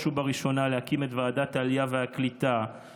ובראשונה להקים את ועדת העלייה והקליטה,